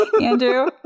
Andrew